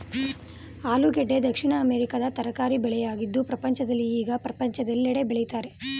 ಆಲೂಗೆಡ್ಡೆ ದಕ್ಷಿಣ ಅಮೆರಿಕದ ತರಕಾರಿ ಬೆಳೆಯಾಗಿದ್ದು ಪ್ರಪಂಚದಲ್ಲಿ ಈಗ ಪ್ರಪಂಚದೆಲ್ಲೆಡೆ ಬೆಳಿತರೆ